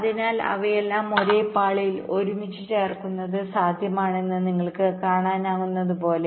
അതിനാൽ അവയെല്ലാം ഒരേ പാളിയിൽ ഒരുമിച്ച് ചേർക്കുന്നത് സാധ്യമാണെന്ന് നിങ്ങൾക്ക് കാണാനാകുന്നതുപോലെ